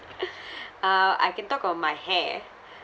uh I can talk about my hair